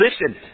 listen